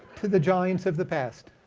to the giants of the past?